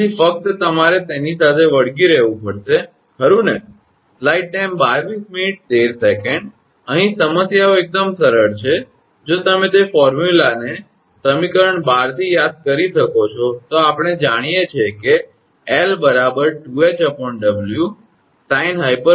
તેથી ફક્ત તમારે તેની સાથે વળગી રહેવું પડશે ખરુ ને અહીં સમસ્યાઓ એકદમ સરળ છે જો તમે તે ફોર્મ્યુલાને સમીકરણ 12 થી યાદ કરી શકો તો આપણે જાણીએ છીએ 𝑙 2𝐻𝑊 sinh𝑊𝐿2𝐻